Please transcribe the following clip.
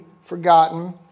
forgotten